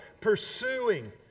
pursuing